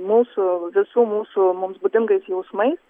mūsų visų mūsų mums būdingais jausmais